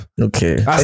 Okay